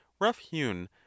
rough-hewn